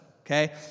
okay